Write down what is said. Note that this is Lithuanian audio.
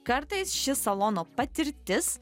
kartais ši salono patirtis